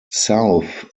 south